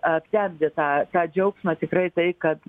aptemdė tą tą džiaugsmą tikrai tai kad